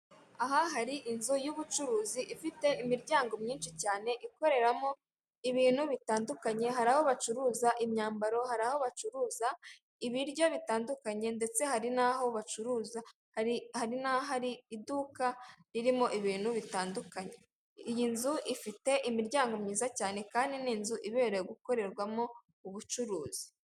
Aha hari inzu y'ubucuruzi ifite imiryango myinshi cyane ikoreramo ibintu bitandukanye, hari aho bacuruza imyambaro, hari aho bacuruza ibiryo bitandukanye, ndetse hari n'aho bacuruza hari n'ahari iduka ririmo ibintu bitandukanye. Iyi nzu ifite imiryango myiza cyane kandi ni inzu ibereye gukorerwamo ubucuruzi.